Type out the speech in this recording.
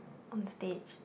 on stage